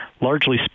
largely